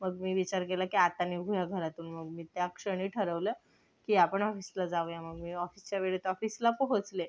मग मी विचार केला की आता निघूया घरातून मग मी त्या क्षणी ठरवलं की आपण ऑफिसला जाऊया मग मी ऑफिसच्या वेळेत ऑफिसला पोहोचले